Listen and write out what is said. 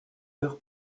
heure